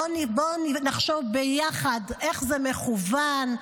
בוא נחשוב ביחד איך זה מכוון,